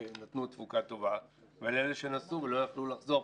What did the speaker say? נתנו תפוקה טובה אבל אלה שנסעו ולא יכלו לחזור,